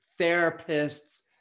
therapists